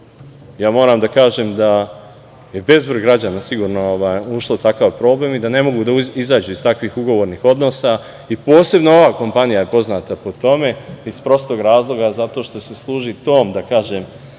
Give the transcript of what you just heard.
ugovor. Moram da kažem da je bezbroj građana sigurno ušlo u takav problem i da ne mogu da izađu iz takvih ugovornih odnosa i posebno ova kompanija je poznata po tome, iz prostog razloga zato što se služi tom, da kažem,